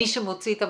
מי שמוציא את המכרז,